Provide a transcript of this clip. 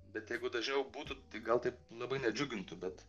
bet jeigu dažniau būtų tai gal tai labai nedžiugintų bet